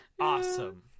Awesome